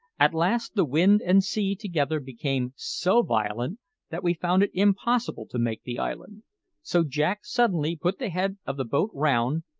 at last the wind and sea together became so violent that we found it impossible to make the island so jack suddenly put the head of the boat round,